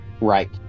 Right